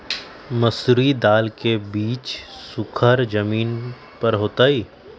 मसूरी दाल के बीज सुखर जमीन पर होतई?